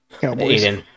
Cowboys